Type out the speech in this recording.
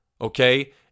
Okay